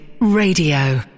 Radio